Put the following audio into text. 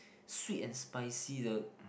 sweet and spicy the